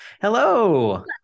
Hello